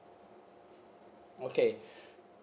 okay